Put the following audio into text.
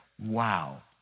Wow